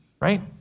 right